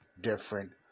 different